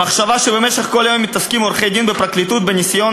המחשבה שבמשך כל היום מתעסקים עורכי-דין בפרקליטות בניסיון